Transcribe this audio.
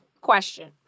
question